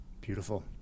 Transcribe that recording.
Beautiful